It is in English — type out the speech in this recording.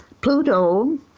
Pluto